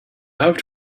have